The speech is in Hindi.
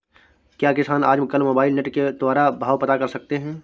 क्या किसान आज कल मोबाइल नेट के द्वारा भाव पता कर सकते हैं?